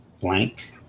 blank